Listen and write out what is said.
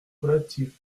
relatif